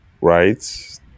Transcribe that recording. right